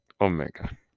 Omega